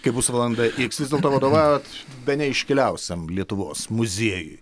kai bus valanda x vis dėlto vadovaujat bene iškiliausiam lietuvos muziejui